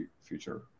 future